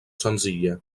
senzilla